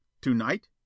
Tonight